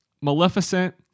Maleficent